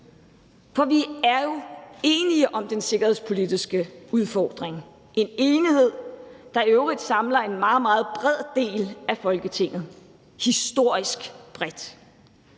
tørt? Vi er jo enige om den sikkerhedspolitiske udfordring. Det er en enighed, der i øvrigt samler en meget, meget bred del af Folketinget, og som er historisk bred.